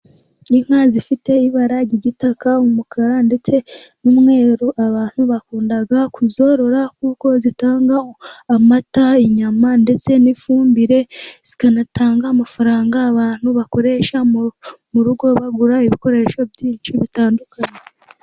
Inka zifite ibara ry'igitaka, umukara, ndetse n'umweru abantu bakunda kuzorora, kuko zitanga amata, inyama, ndetse n'ifumbire, zikanatanga amafaranga abantu bakoresha mu rugo bagura ibikoresho byinshi bitandukanye.